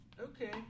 Okay